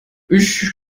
ich